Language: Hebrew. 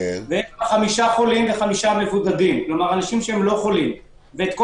חמישה חולים וחמישה מבודדים שאינם חולים - ואת כל